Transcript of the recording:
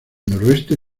noroeste